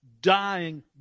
dying